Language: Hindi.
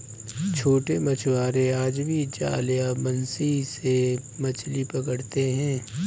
छोटे मछुआरे आज भी जाल या बंसी से मछली पकड़ते हैं